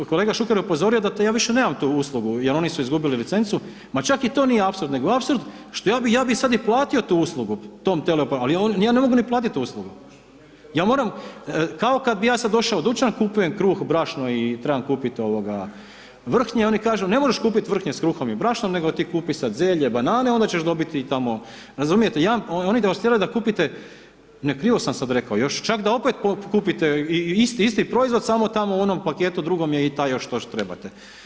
Kolega Šuker je upozorio ... ja više nemam tu uslugu jer oni su izgubili licencu, ma čak i to nije apsurd nego je apsurd nego ja bi sad i platio tu uslugu tom teleoperateru, ali ja ne mogu ni platiti uslugu, ja moram kao kad bi ja sad došao u dućan kupujem kruh, brašno i trebam kupiti vrhnje, oni kažu ne možeš kupiti vrhnje s kruhom i brašnom nego ti kupi sad zelje, banane onda ćeš dobiti tamo, razumijete, oni ... da kupite, ne, krivo sam sad rekao, još čak da opet kupite isti proizvod samo tamo u onom paketu drugom je i taj još što trebate.